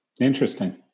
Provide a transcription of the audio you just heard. Interesting